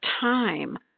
time